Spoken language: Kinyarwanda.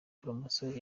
promosiyo